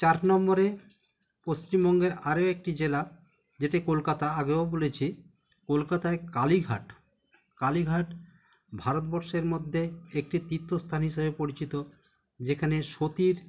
চার নম্বরে পশ্চিমবঙ্গের আরো একটি জেলা যেটি কলকাতা আগেও বলেছি কলকাতায় কালীঘাট কালীঘাট ভারতবর্ষের মধ্যে একটি তীর্থস্থান হিসেবে পরিচিত যেখানে সতীর